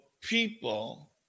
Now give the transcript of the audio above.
people